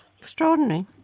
Extraordinary